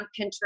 Pinterest